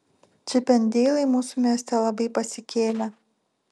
čipendeilai mūsų mieste labai pasikėlę